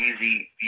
easy